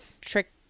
trick